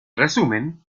resumen